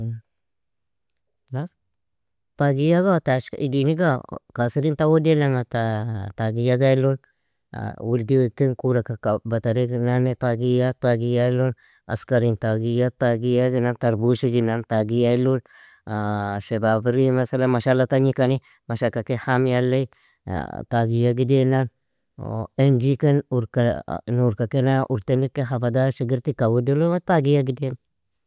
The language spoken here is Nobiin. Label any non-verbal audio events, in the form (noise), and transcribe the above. (unintelligible) tagiaga aw tashk_idi niga kasirin tawo ideananga ta tagiaga ilun, wildi ken kuraka_ka batared nane tagia tagia ilun, askrin tagia tagia igina tarbush iginan tagia ilun, (hesitation) shebabari masalan mashala tagnikani, mashaka ken hamiyaley tagiag idenan, (hesitation) enji ken urka (hesitation) nurka kena urtene ken hafada shigerti kawadilamu tagiag ideana.